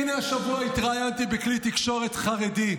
הינה, השבוע התראיינתי בכלי תקשורת חרדי.